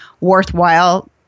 worthwhile